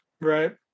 Right